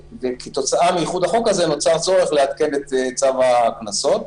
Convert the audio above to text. כתוצאה מאיחוד החוק הזה נוצר צורך לעדכן את צו הקנסות.